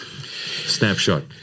snapshot